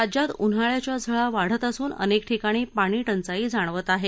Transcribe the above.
राज्यात उन्हाळ्याच्या झळा वाढत असून अनेक ठिकाणी पाणी टंचाई जाणवत आहे